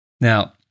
Now